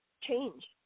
Change